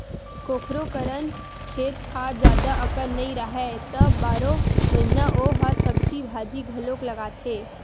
कखोरो करन खेत खार जादा अकन नइ राहय त बारो महिना ओ ह सब्जी भाजी घलोक लगाथे